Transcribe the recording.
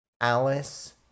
Alice